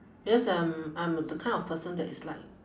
because I'm I'm the kind of person that is like